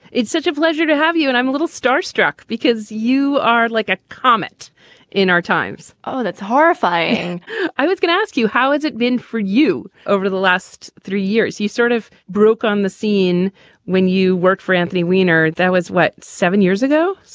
it's such a pleasure to have you. and i'm a little starstruck because you you are like a comet in our times oh, that's horrifying i was gonna ask you, how has it been for you over the last three years? you sort of broke on the scene when you worked for anthony wiener. that was, what, seven years ago?